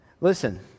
listen